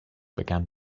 began